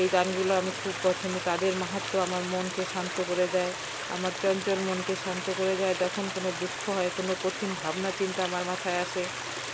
এই গানগুলো আমি খুব পছন্দ তাদের মাহাত্ম্য আমার মনকে শান্ত করে দেয় আমার চঞ্চল মনকে শান্ত করে যায় তখন কোনো দুঃখ হয় কোনো কঠিন ভাবনাচিন্তা আমার মাথায় আসে